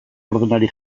ordenari